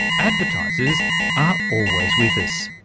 advertisers are always with us.